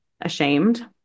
ashamed